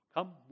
Come